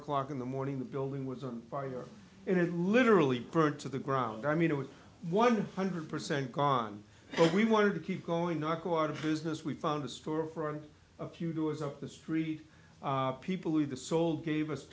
o'clock in the morning the building was on fire it had literally burned to the ground i mean it was one hundred percent gone but we wanted to keep going not go out of business we found a store for a few doors up the street people in the sold gave us